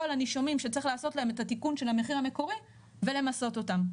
הנישומים שצריך לעשות להם את התיקון של המחיר המקורי ולמסות אותם.